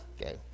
Okay